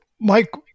Mike